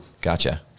gotcha